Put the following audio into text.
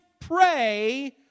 pray